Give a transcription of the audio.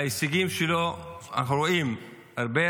ההישגים שלו, אנחנו רואים הרבה